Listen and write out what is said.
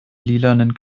lilanen